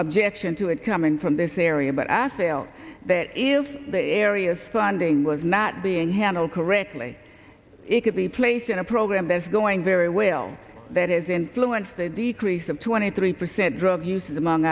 objection to it coming from this area but asael that if the areas funding was not being handled correctly he could be placed in a program that's going very well that is influenced a decrease of twenty three percent drug use among